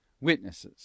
WITNESSES